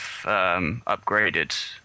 upgraded